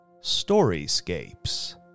Storyscapes